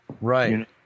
Right